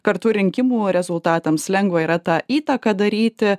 kartu rinkimų rezultatams lengva yra tą įtaką daryti